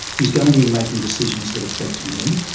he's going to be making decisions that affect me,